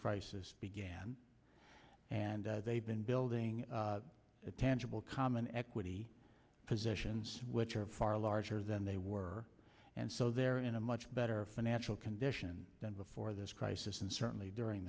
crisis began and they've been building a tangible common equity positions which are far larger than they were and so they're in a much better financial condition than before this crisis and certainly during